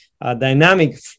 dynamic